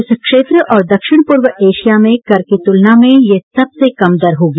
इस क्षेत्र और दक्षिण पूर्व एशिया में कर की तुलना में यह सबसे कम दर होगी